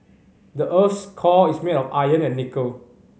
the earth's core is made of iron and nickel